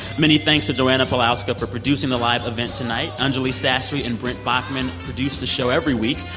many thanks to joanna pawlowska for producing the live event tonight. anjuli sastry and brent baughman produce the show every week.